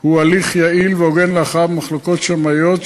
זה הוא הליך יעיל והוגן להכרעה במחלוקות שמאיות,